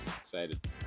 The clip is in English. Excited